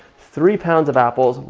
three pounds of apples.